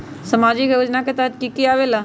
समाजिक योजना के तहद कि की आवे ला?